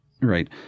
Right